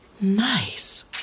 Nice